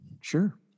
Sure